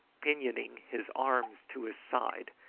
pinioning his arms to his side,